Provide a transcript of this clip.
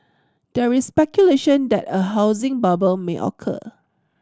there is speculation that a housing bubble may occur